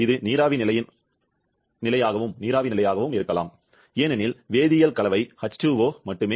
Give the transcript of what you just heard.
இது நீராவி நிலையின் மாகவும் இருக்கலாம் ஏனெனில் வேதியியல் கலவை H2O மட்டுமே